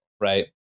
right